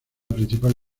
principal